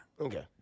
Okay